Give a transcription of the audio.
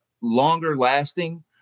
longer-lasting